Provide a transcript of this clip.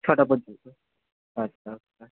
ছটা পর্যন্ত আচ্ছা আচ্ছা